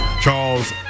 Charles